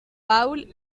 paul